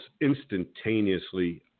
instantaneously